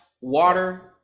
Water